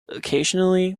occasionally